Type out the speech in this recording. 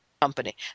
company